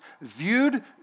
viewed